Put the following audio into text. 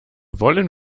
wollen